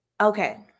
Okay